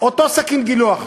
אותו סכין גילוח,